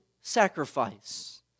sacrifice